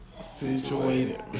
Situated